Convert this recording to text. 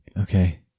Okay